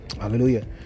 Hallelujah